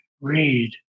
read